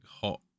hot